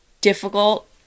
difficult